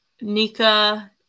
Nika